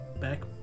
back